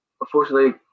Unfortunately